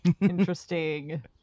Interesting